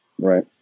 right